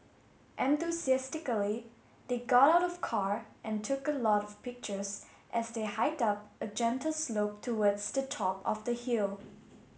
enthusiastically they got out of car and took a lot of pictures as they hiked up a gentle slope towards the top of the hill